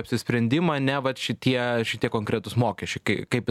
apsisprendimą ne vat šitie šitie konkretūs mokesčiai kai kaip